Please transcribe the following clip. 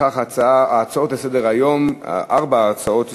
לפיכך ההצעות לסדר-היום, ארבע ההצעות לסדר-היום,